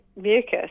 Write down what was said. mucus